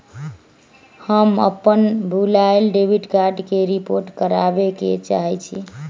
हम अपन भूलायल डेबिट कार्ड के रिपोर्ट करावे के चाहई छी